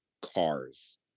Cars